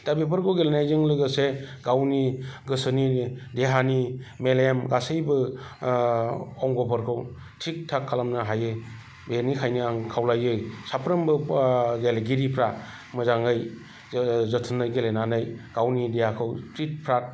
दा बेफोरखौ गेलेनायजों लोगोसे गावनि गोसोनि देहानि मेलेम गासैबो ओ अंग' फोरखौ थिग थाग खालामनो हायो बेनिखायनो आं खावलायो साफ्रोमबो गेलेगिरिफ्रा मोजाङै जोथोनै गेलेनानै गावनि देहाखौ फ्रिद फ्राद